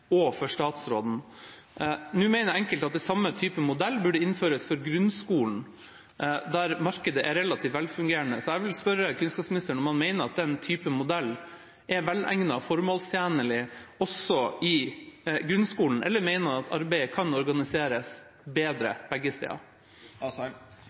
og for statsråden. Nå mener enkelte at samme type modell burde innføres for grunnskolen, der markedet er relativt velfungerende. Jeg vil spørre kunnskapsministeren om han mener at den type modell er velegnet og formålstjenlig også i grunnskolen, eller om han mener at arbeidet kan organiseres bedre